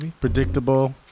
predictable